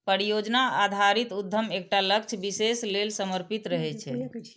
परियोजना आधारित उद्यम एकटा लक्ष्य विशेष लेल समर्पित रहै छै